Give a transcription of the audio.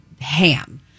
ham